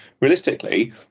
realistically